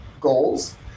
goals